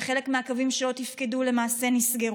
וחלק מהקווים שעוד תפקדו למעשה נסגרו.